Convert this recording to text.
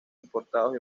importados